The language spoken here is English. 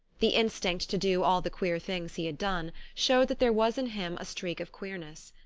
the instinct to do all the queer things he had done showed that there was in him a streak of queerness.